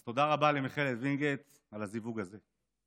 אז תודה רבה למכללת וינגייט על הזיווג הזה.